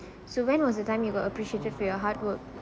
so when was the time you got appreciated for your hard work